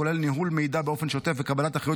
הכולל ניהול מידע באופן שוטף וקבלת אחריות